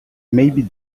maybe